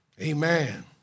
Amen